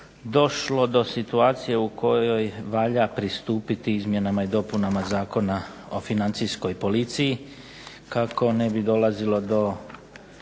došlo do situacije u kojoj valja pristupiti izmjenama i dopunama Zakona o Financijskoj policiji kako ne bi dolazilo do